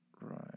Right